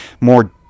more